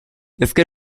ezker